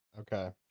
Okay